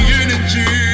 energy